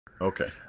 Okay